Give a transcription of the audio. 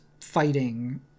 fighting